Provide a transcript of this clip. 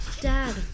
Dad